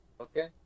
okay